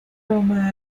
broma